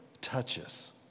touches